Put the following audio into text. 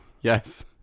Yes